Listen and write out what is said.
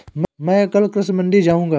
मैं कल कृषि मंडी जाऊँगा